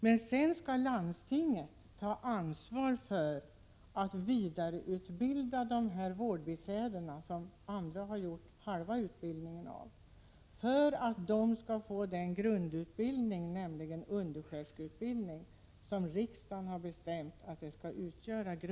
Landstingen skall sedan ta ansvar för vidareutbildningen av dessa vårdbiträden, som alltså har fått halva sin utbildning på annat håll, för att ge dem den grundutbildning som enligt riksdagens beslut skall gälla för vårdyrkena, nämligen undersköterskeutbildning.